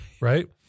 right